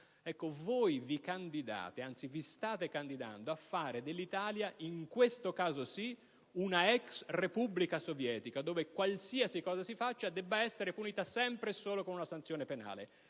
agosto. Vi state candidando a fare dell'Italia - in questo caso, sì - un'ex repubblica sovietica, dove qualsiasi cosa si faccia deve essere punita sempre e solo con una sanzione penale,